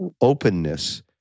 openness